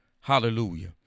hallelujah